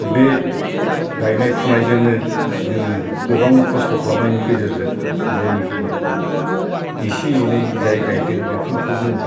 बे गायनाय फुनायजोंनो जोङो गोबां खस्थ' खालामनायनि गेजेरजों जेनोखि एसे एनै जाय गाइदों बेफोरखौनो